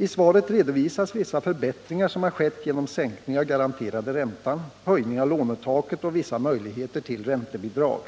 I svaret redovisas vissa förbättringar som skett genom sänkning av den garanterade räntan, höjning av lånetaket och vissa möjligheter till räntebidrag,